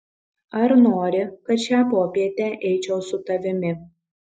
ar nori kad šią popietę eičiau su tavimi